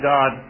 God